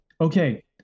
okay